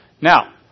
Now